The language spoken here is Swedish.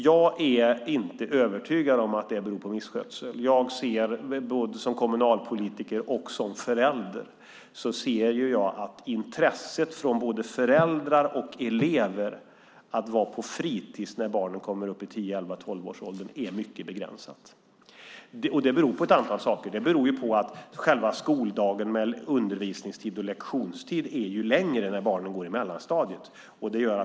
Jag är inte övertygad om att det beror på misskötsel. Både som kommunalpolitiker och förälder ser jag att intresset bland både föräldrar och elever för att barnen ska vara på fritis när de kommer upp i elva till tolvårsåldern är mycket begränsat. Det beror på ett antal saker. Själva skoldagen med undervisningstid och lektionstid är längre när barnen går i mellanstadiet.